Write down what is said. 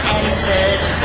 entered